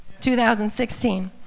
2016